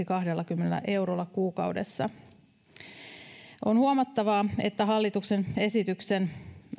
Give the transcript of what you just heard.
kahdellakymmenellä eurolla kuukaudessa on huomattavaa että hallituksen esityksen